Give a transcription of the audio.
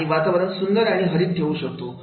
आणि वातावरण सुंदर आणि हरित ठेवू शकतो